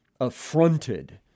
affronted